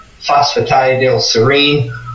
phosphatidylserine